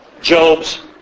Job's